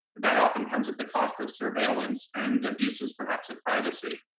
that often comes at the cost of surveillance and abuses perhaps of privacy.